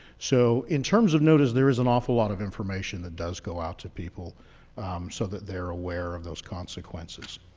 so in terms of notice, there is an awful lot of information that does go out to people so that they're aware of those consequences.